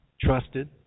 trusted